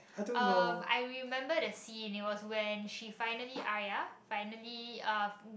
um I remember the scene it was when she finally Aria finally uh